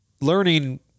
learning